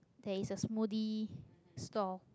there is a smoothie store